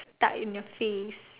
stuck in your face